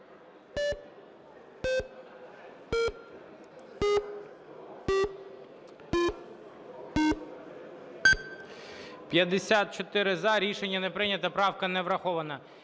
Рішення не прийнято, правка не врахована.